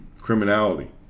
criminality